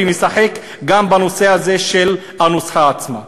ומשחק גם בנושא הזה של הנוסחה עצמה.